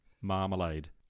Marmalade